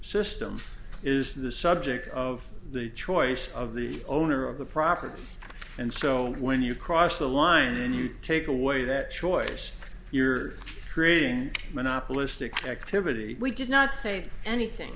system is the subject of the choice of the owner of the property and so when you cross the line and you take away that choice you're creating monopolistic activity we did not say anything